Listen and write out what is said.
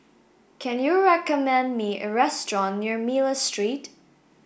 can you recommend me a restaurant near Miller Street